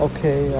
Okay